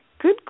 good